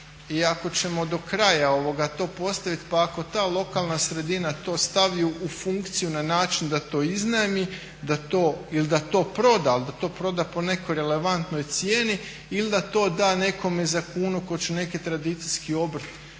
ako ćemo do kraja to postaviti pa ako ta lokalna sredina to stavi u funkciju na način da to iznajmi ili da to proda, ali da to proda po nekoj relevantnoj cijeni ili da to da nekome za kunu tko će neki tradicijski obrt